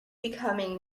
becoming